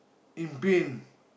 in pain